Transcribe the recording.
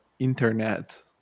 internet